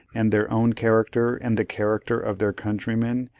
and their own character and the character of their countrymen,